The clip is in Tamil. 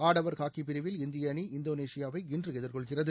ஆடவர் ஹாக்கிப் பிரிவில் இந்திய அணி இந்தோனேஷியாவை இன்று எதிர்கொள்கிறது